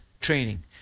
training